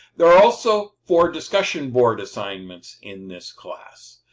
there are also four discussion board assignments in this class.